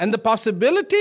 and the possibility